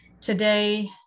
today